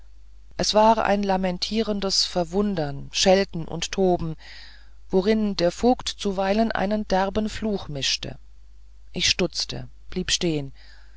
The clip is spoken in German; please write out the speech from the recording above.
es war ein lamentierendes verwundern schelten und toben worein der vogt zuweilen einen derben fluch mischte ich stutzte blieb stehn